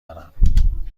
دارم